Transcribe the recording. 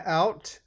out